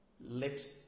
Let